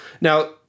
Now